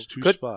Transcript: good